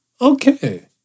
Okay